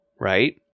right